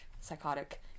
psychotic